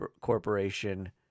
Corporation